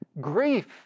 grief